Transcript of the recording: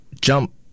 jump